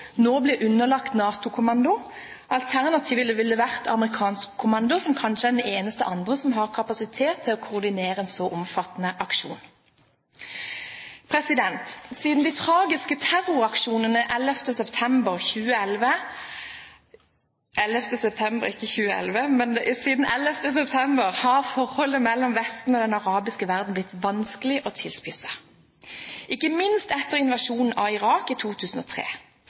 nå blir underlagt NATO-kommando. Alternativet ville vært amerikansk kommando – kanskje den eneste andre med kapasitet til å koordinere en så omfattende aksjon. Siden de tragiske terroraksjonene 11. september 2001 har forholdet mellom Vesten og den arabiske verden blitt vanskelig og tilspisset, ikke minst etter invasjonen i Irak i 2003.